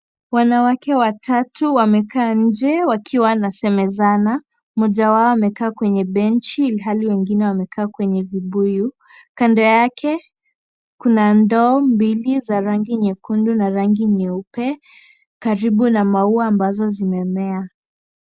Wanawake watatu, wamekaa nje wakiwa wanasemezana. Mmoja wao amekaa kwenye benchi, ilhali wengine wamekaa kwenye vibuyu. Kando yake, kuna ndoo za rangi nyekundu na rangi nyeupe, karibu na maua ambazo zimemea.